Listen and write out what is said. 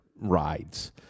rides